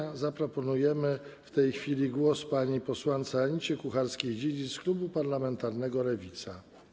Ha, ha, ha! ...zaproponujemy w tej chwili głos pani posłance Anicie Kucharskiej-Dziedzic z klubu parlamentarnego Lewica.